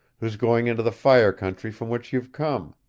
who's going into the fire country from which you've come.